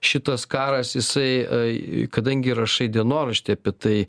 šitas karas jisai kadangi rašai dienoraštį apie tai